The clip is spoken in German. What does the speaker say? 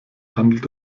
handelt